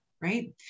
right